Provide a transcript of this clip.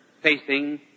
facing